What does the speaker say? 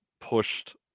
pushed